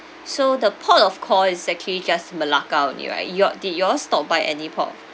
so the port of call is actually just malacca only right you all did you all stop by any port of